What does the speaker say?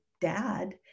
dad